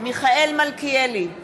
מיכאל מלכיאלי,